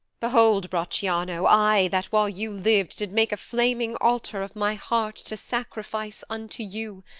behold, brachiano, i that while you liv'd did make a flaming altar of my heart to sacrifice unto you,